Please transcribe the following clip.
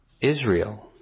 Israel